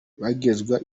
bagezwa